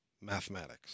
mathematics